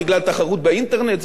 זה קורה גם בעולם הגדול.